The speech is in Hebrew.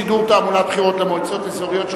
שידור תעמולת בחירות למועצות האזוריות),